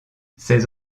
ses